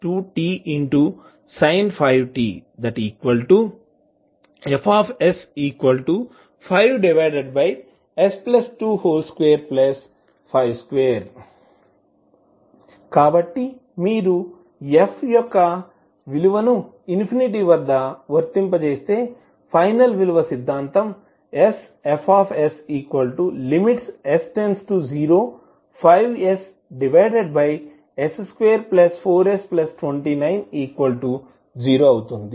fte 2tsin 5t↔Fs5s2252 కాబట్టి మీరు f యొక్క విలువను ఇన్ఫినిటీ వద్ద వర్తింపజేస్తే ఫైనల్ విలువ సిద్ధాంతం sFs s→05ss24s290అవుతుంది